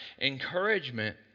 Encouragement